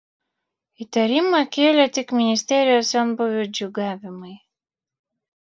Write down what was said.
įtarimą kėlė tik ministerijos senbuvių džiūgavimai